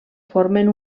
formen